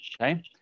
okay